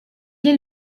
est